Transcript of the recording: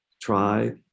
try